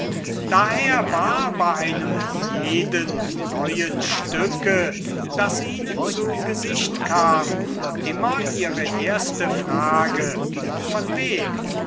daher war bei einem jeden neuen stücke das ihnen zu gesicht kam immer ihre erste frage von wem